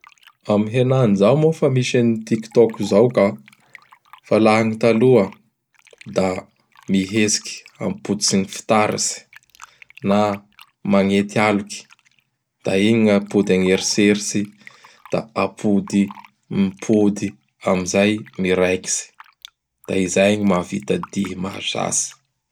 Am henany zao moa fa misy an'i TIK TOK izao ka. Fa laha gny taloha; da mihetsiky apototsy ny fitaratsy na magnety aloky. Da igny gn' apody agn'eritseritsy; da apody mipody am zay miraikitsy. Da izay gny mahavita dihy mahazatsy.